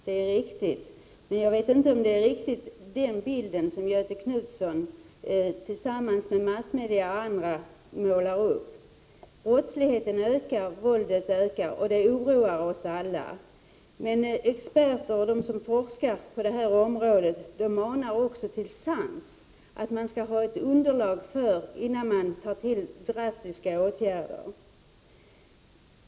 Herr talman! Jag vet inte om den bild som Göthe Knutson tillsammans med massmedia och andra målar upp är riktig. Brottsligheten ökar, och våldet ökar, vilket oroar oss alla. Men experter på detta område manar också till sans, dvs. att man skall ha ett underlag innan man vidtar drastiska åtgärder.